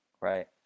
right